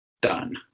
Done